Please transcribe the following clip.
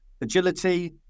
agility